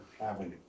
avenue